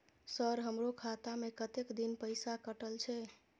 Sir हमारो खाता में कतेक दिन पैसा कटल छे?